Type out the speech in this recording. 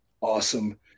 awesome